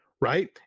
right